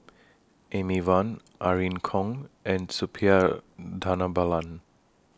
Amy Van Irene Khong and Suppiah Dhanabalan